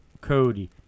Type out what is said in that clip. Cody